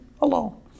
alone